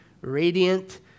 radiant